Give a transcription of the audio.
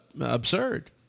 absurd